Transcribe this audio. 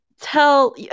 tell